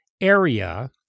area